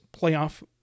playoff